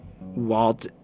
walt